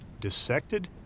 dissected